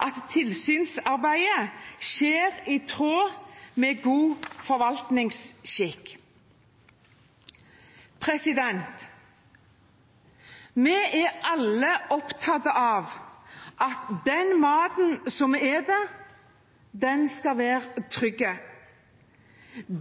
at tilsynsarbeidet skjer i tråd med god forvaltningsskikk. Vi er alle opptatt av at den maten vi spiser, er trygg.